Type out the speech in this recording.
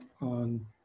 on